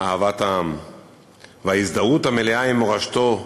אהבת העם וההזדהות המלאה עם מורשתו,